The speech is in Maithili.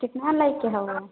केतना लैके हवऽ